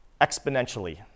exponentially